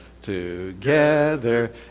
together